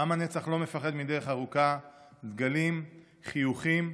"עם הנצח לא מפחד מדרך ארוכה", דגלים, חיוכים,